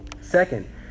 Second